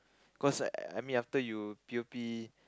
cause I mean after you p_o_p